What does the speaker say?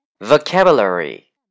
Vocabulary